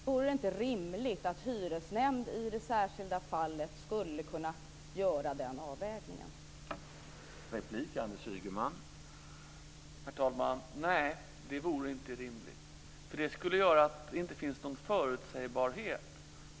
Vore det inte rimligt att hyresnämnden skulle kunna göra den avvägningen i det särskilda fallet?